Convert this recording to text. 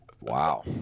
Wow